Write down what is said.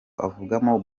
avugamo